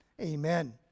amen